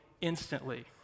instantly